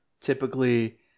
typically